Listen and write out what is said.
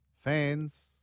fans